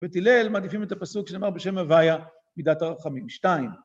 ובית הלל מעדיפים את הפסוק שנאמר בשם הוויה, מידת הרחמים שתיים.